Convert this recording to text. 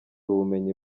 bumenyi